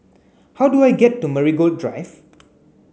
how do I get to Marigold Drive